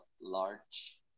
large